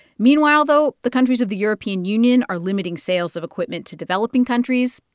meanwhile, though, the countries of the european union are limiting sales of equipment to developing countries,